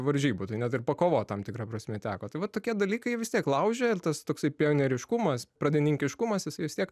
varžybų tai net ir pakovot tam tikra prasme teko tai va tokie dalykai vis tiek laužė ir tas toksai pionieriškumas pradininkiškumas jisai vis tiek